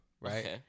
right